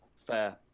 Fair